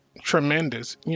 tremendous